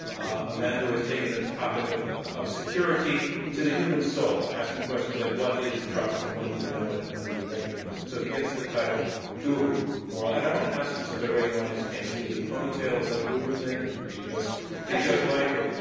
a man who has taken the topic of of security to the human soul, asking questions like what is trust and when do we know it and when do we recognize it. so, he gets the title guru. and i want to ask you since our radio audience can't see you, the ponytail, is that a guru thing, or do you just yeah just like it?